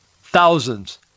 Thousands